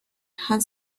had